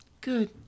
Good